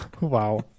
wow